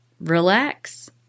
relax